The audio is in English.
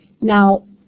now